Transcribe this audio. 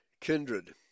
kindred